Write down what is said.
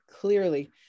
clearly